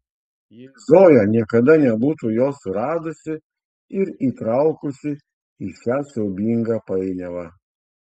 jei zoja niekada nebūtų jo suradusi ir įtraukusi į šią siaubingą painiavą